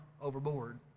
overboard